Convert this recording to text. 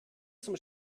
zum